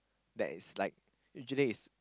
that is like usually is